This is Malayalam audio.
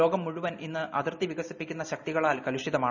ലോകം മുഴുവൻ ഇന്ന്അതിർത്തിവികസിപ്പിക്കുന്ന ശക്തികളാൽകലുഷിതമാണ്